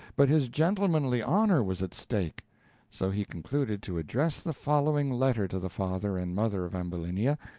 but his gentlemanly honor was at stake so he concluded to address the following letter to the father and mother of ambulinia,